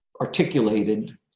articulated